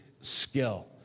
skill